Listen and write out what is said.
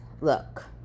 look